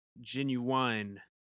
genuine